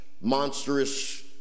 monstrous